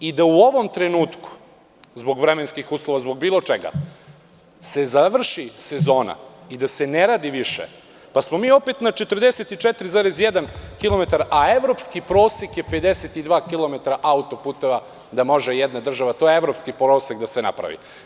I da se u ovom trenutku, zbog vremenskih uslova i zbog bilo čega, završi sezona i da se ne radi više, mi smo opet na 44,1 km, a evropski prosek je 52 km auto-puteva da može jedna država da napravi.